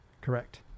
Correct